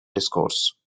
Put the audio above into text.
discourse